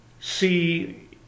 see